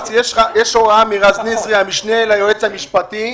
אסי, יש הוראה מרז נזרי, המשנה ליועץ המשפטי,